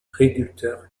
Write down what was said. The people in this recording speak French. réducteur